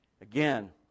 Again